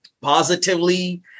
positively